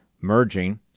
merging